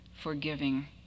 forgiving